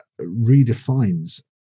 redefines